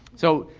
so,